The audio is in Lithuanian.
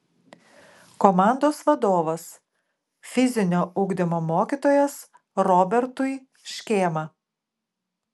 komandos vadovas fizinio ugdymo mokytojas robertui škėma